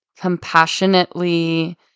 compassionately